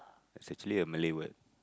it's actually a Malay word